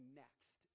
next